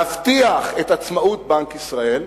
להבטיח את עצמאות בנק ישראל,